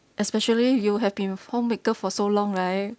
especially you have been homemaker for so long right